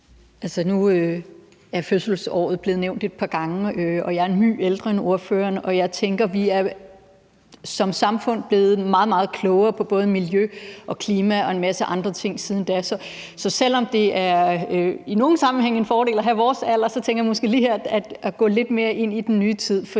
Nu er fødselsår blevet nævnt et par gange. Jeg er en my ældre end ordførerne, og jeg tænker, at vi som samfund er blevet meget, meget klogere på både miljø og klima og en masse andre ting siden da. Så selv om det i nogle sammenhænge er en fordel at have vores alder, tænker jeg, at der måske lige her er grund til at gå lidt mere ind i den nye tid.